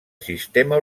sistema